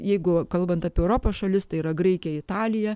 jeigu kalbant apie europos šalis tai yra graikija italija